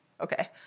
Okay